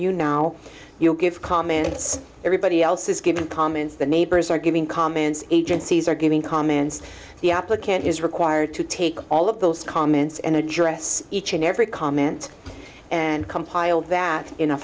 you now you'll give comments everybody else has given comments the neighbors are giving comments agencies are giving comments the applicant is required to take all of those comments and address each and every comment and compile that in a